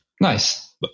Nice